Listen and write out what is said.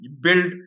Build